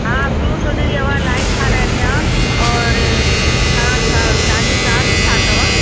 हा फ्यूज़ उॾड़ी वियो आहे लाइट ठहाराइणी आहे और तव्हां छा तव्हांजी चार्जिंग छा अथव